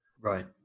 right